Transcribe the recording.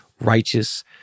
righteous